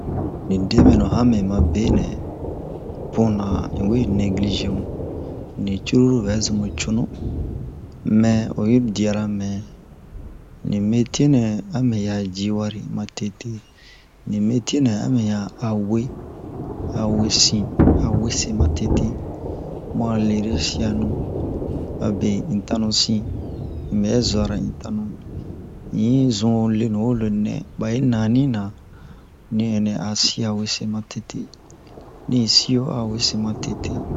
Ni debenu hamɛ ma benɛ puna un we negilize mu ni cururu bɛ zun mu cunu mɛ oyi diara mɛ ni metiye nɛ a mɛ ya ji wari ma tete ni metiye nɛ ame ya we a wesin a wese ma tete mu'a lere-siyanu abe un tanu sin un bɛ zu'ara un tanu in yi zun lenu wo lenunɛ bayi nani na ni onni a siya wese ma tete ni siyo a wese ma tete